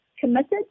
committed